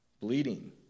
bleeding